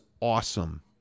awesome